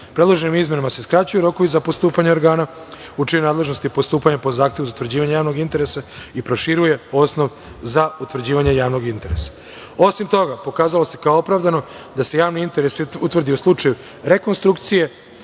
svojine. Predloženim izmenama se skraćuju rokovi za postupanje organa u čijoj je nadležnosti postupanje po zahtevu za utvrđivanje javnog interesa i proširuje osnov za utvrđivanje javnog interesa. Osim toga, pokazalo se kao opravdano da se javni interes utvrdi u slučaju rekonstrukcije